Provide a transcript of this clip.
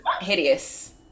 hideous